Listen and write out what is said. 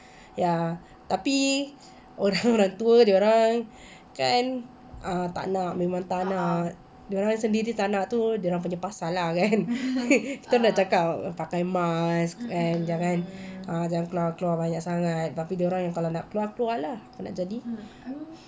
ya tapi orang-orang tua dorang kan uh tak nak memang tak nak dorang sendiri tak nak tu dorang punya pasal lah kan kita orang dah cakap pakai mask and jangan uh jangan keluar-keluar banyak sangat tapi dorang kan kalau nak keluar keluar lah apa nak jadi